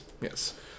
Yes